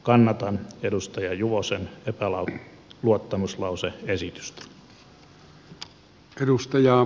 kannatan edustaja juvosen epäluottamuslause esitystä